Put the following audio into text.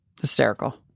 hysterical